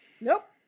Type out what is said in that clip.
Nope